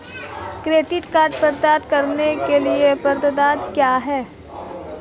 Credit card प्राप्त करने की पात्रता क्या है?